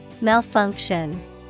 Malfunction